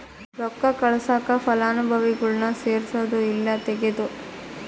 ರೊಕ್ಕ ಕಳ್ಸಾಕ ಫಲಾನುಭವಿಗುಳ್ನ ಸೇರ್ಸದು ಇಲ್ಲಾ ತೆಗೇದು